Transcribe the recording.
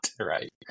right